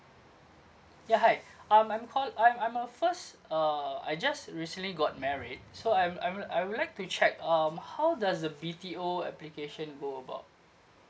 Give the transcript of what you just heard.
ya hi I'm I'm call~ I'm I'm uh first uh I just recently got married so I'm I'm I would like to check um how does the B_T_O application go about